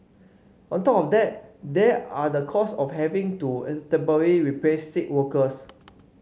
on top of that there are the cost of having to replace sick workers